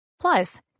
Plus